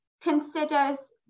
considers